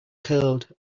curled